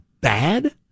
bad